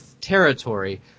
territory